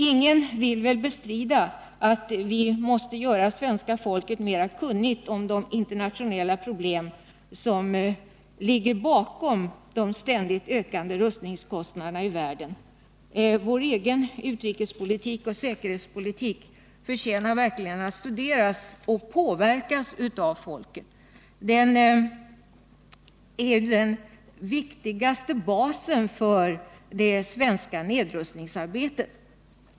Ingen vill väl bestrida att vi måste göra svenska folket mer kunnigt om de internationella problem som ligger bakom de ständigt ökande rustningskost naderna i världen. Vår egen utrikesoch säkerhetspolitik förtjänar verkligen Nr 120 att studeras och påverkas av folket. Den är den viktigaste basen för det svenska nedrustningsarbetet.